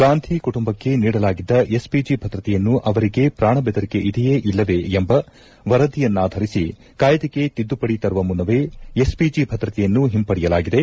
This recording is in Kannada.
ಗಾಂಧಿ ಕುಟುಂಬಕ್ಕೆ ನೀಡಲಾಗಿದ್ದ ಎಸ್ಪಿಜಿ ಭದ್ರತೆಯನ್ನು ಅವರಿಗೆ ಪ್ರಾಣ ಬೆದರಿಕೆ ಇದೆಯೇ ಇಲ್ಲವೇ ಎಂಬ ವರದಿಯನ್ನಾಧರಿಸಿ ಕಾಯ್ದೆಗೆ ತಿದ್ದುಪಡಿ ತರುವ ಮುನ್ನವೇ ಎಸ್ಪಿಜಿ ಭದ್ರತೆಯನ್ನು ಹಿಂಪಡೆಯಲಾಗಿದೆ